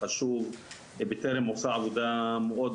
חשוב ובטרם עושה עבודה מאוד,